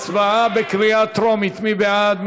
הצבעה בקריאה טרומית, מי בעד?